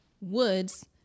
woods